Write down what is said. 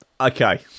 Okay